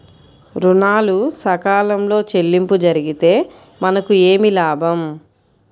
ఋణాలు సకాలంలో చెల్లింపు జరిగితే మనకు ఏమి లాభం?